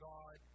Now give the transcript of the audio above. God